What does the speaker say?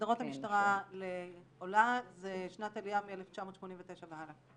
--- הגדרת המשטרה לעולה זה שנת עלייה מ-1989 והלאה.